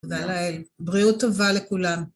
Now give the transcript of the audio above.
תודה לאל, בריאות טובה לכולם.